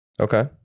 Okay